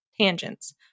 tangents